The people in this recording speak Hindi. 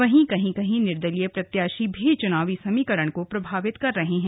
वहीं कहीं कहीं निर्दलीय प्रत्याशी भी चुनावी समीकरण को प्रभावित कर रहे है